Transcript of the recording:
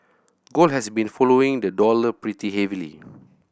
gold has been following the dollar pretty heavily